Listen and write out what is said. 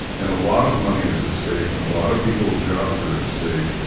and a lot of money is at stake, and a lot of people's jobs are at stake.